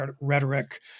rhetoric